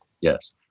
Yes